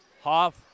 Hoff